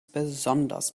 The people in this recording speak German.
besonders